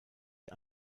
die